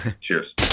Cheers